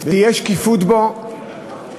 תהיה שקיפות בהם,